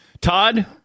Todd